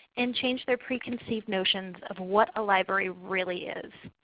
and change their preconceived notions of what a library really is.